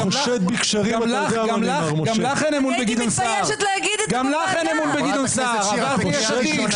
גם לך אין אמון בגדעון סער, עברת ליש עתיד.